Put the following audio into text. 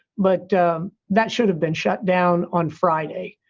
but that should have been shut down on friday.